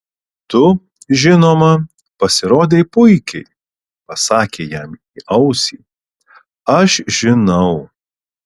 tu žinoma pasirodei puikiai pasakė jam į ausį aš žinau